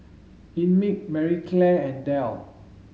Einmilk Marie Claire and Dell